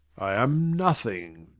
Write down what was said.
i am nothing,